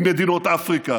עם מדינות אפריקה,